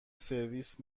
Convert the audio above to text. سرویس